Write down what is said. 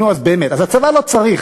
נו, אז באמת, אז הצבא לא צריך.